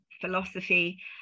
philosophy